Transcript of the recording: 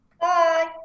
Bye